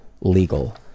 legal